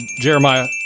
Jeremiah